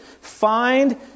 Find